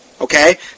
Okay